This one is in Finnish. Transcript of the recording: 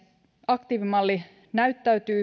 aktiivimalli näyttää